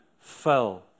fell